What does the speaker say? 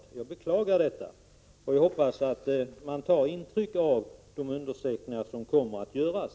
Jag beklagar det och hoppas att man tar intryck av de undersökningar som kommer att göras.